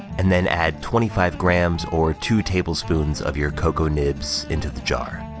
and then add twenty five grams or two tablespoons of your cocoa nibs into the jar.